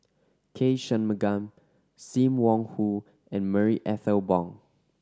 K Shanmugam Sim Wong Hoo and Marie Ethel Bong